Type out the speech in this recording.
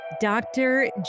Dr